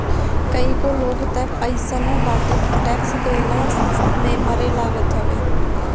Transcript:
कईगो लोग तअ अइसनो बाटे के टेक्स देहला में मरे लागत हवे